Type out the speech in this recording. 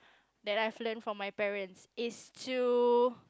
that I have learnt from my parents is to